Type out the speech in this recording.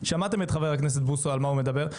שמעתם את חבר הכנסת בוסו על מה הוא מדבר,